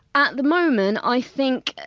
at the moment i think,